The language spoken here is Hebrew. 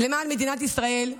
למען מדינת ישראל?